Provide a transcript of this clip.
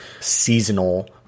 seasonal